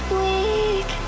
weak